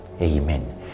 Amen